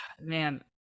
man